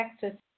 Texas